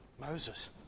Moses